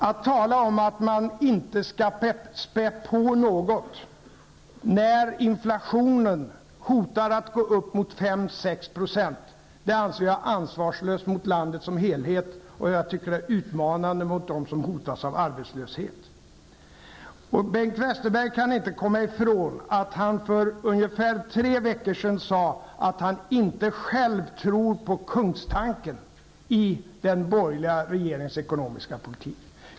Att tala om att man inte skall späda på något när inflationen hotar att gå upp mot 5--6 % anser jag vara ansvarslöst gentemot landet som helhet. Dessutom tycker jag att det är utmanande gentemot dem som hotas av arbetslöshet. Bengt Westerberg kan inte komma ifrån att han för ungefär tre veckor sedan sade att han själv inte tror på kungstanken i den borgerliga regeringens ekonomiska politik.